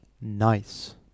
Nice